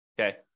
okay